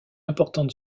importante